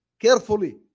Carefully